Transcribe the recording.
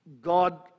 God